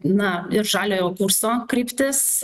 na ir žaliojo kurso kryptis